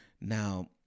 Now